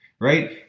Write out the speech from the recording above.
right